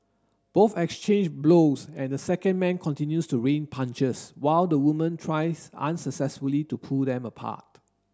both exchange blows and the second man continues to rain punches while the woman tries unsuccessfully to pull them apart